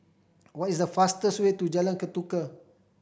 what is the fastest way to Jalan Ketuka